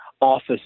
office